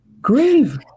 Grieve